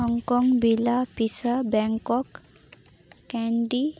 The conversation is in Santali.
ᱦᱚᱝᱠᱚᱝ ᱵᱤᱞᱟ ᱯᱤᱥᱟ ᱵᱮᱝᱠᱚᱠ ᱠᱮᱱᱰᱤ